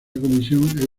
comisión